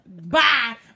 bye